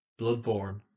Bloodborne